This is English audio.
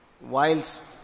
whilst